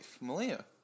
Malia